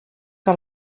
que